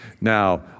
Now